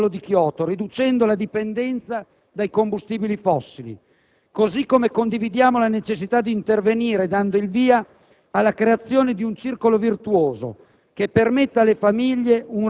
verso gli altri produttori. Dunque, sì all'attuazione del Protocollo di Kyoto, riducendo la dipendenza dai combustibili fossili. Così come condividiamo la necessità di intervenire, dando il via